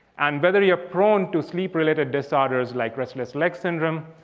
and whether you're prone to sleep related disorders like restless leg syndrome.